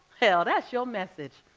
hell, that's your message.